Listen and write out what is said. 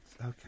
Okay